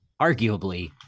arguably